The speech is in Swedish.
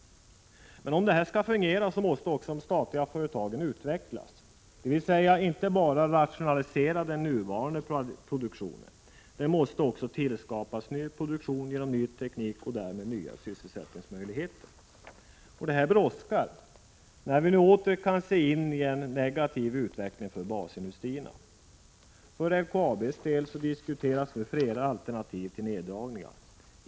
Om det skall fungera måste de statliga företagen utvecklas, dvs. inte bara rationalisera den nuvarande produktionen utan också tillskapa ny produktion genom ny teknik och därmed nya sysselsättningsmöjligheter. Det brådskar när vi nu åter kan se en negativ utveckling för basindustrierna. För LKAB:s del diskuteras nu flera alternativ till neddragningar.